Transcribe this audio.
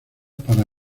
para